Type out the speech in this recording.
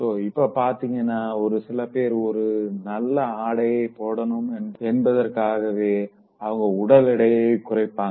so இப்ப பாத்தீங்கன்னா ஒரு சில பேர் ஒரு நல்ல ஆடையை போடணும் என்பதற்காகவே அவங்க உடல் எடையை குறைப்பாங்க